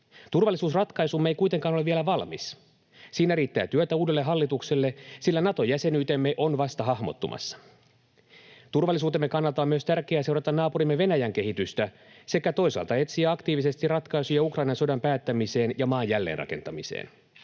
Turvallisuusratkaisumme ei kuitenkaan ole vielä valmis. Siinä riittää työtä uudelle hallitukselle, sillä Nato-jäsenyytemme on vasta hahmottumassa. Turvallisuutemme kannalta on myös tärkeää seurata naapurimme Venäjän kehitystä sekä toisaalta etsiä aktiivisesti ratkaisuja Ukrainan sodan päättämiseen ja maan jälleenrakentamiseen.